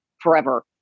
forever